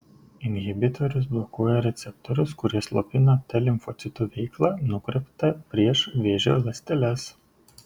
inhibitorius blokuoja receptorius kurie slopina t limfocitų veiklą nukreiptą prieš vėžio ląsteles